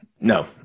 no